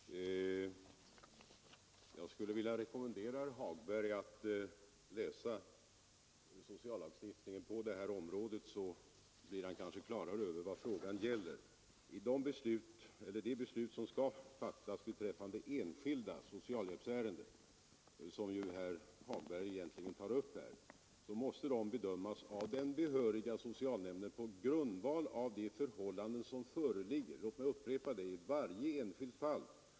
Herr talman! Jag skulle vilja rekommendera herr Hagberg att läsa sociallagstiftningen på detta område, så blir han kanske klarare över vad frågan gäller. De beslut som skall fattas beträffande enskilda socialhjälpsärenden, som ju herr Hagberg tar upp här, måste bedömas av den behöriga socialnämnden på grundval av de förhållanden som föreligger — låt mig upprepa det — i varje enskilt fall.